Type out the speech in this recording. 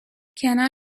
کنار